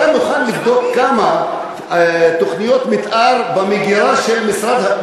אתה מוכן לבדוק כמה תוכניות מתאר של כפרים